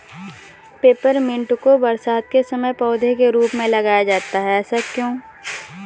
Peppermint को बरसात के समय पौधे के रूप में लगाया जाता है ऐसा क्यो?